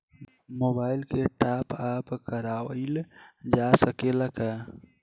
Mobile के top आप कराइल जा सकेला का?